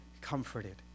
comforted